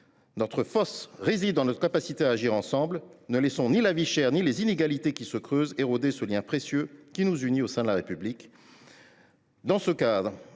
Notre force réside dans notre capacité à agir ensemble. Ne laissons ni la vie chère ni les inégalités qui se creusent éroder ce lien précieux qui nous unit au sein de la République. Dans ce contexte,